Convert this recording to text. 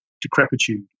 decrepitude